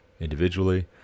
Individually